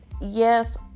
yes